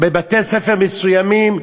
בבתי-ספר מסוימים,